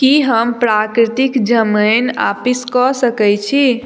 की हम प्राकृतिक जमाइन आपिस कऽ सकै छी